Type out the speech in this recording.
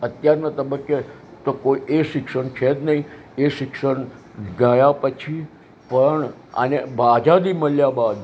અત્યારનાં તબક્કે તો કોઈ એ શિક્ષણ છે જ નહીં એ શિક્ષણ ગયાં પછી પણ આને આઝાદી મળ્યાં બાદ